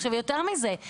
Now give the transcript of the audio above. יתרה מזה,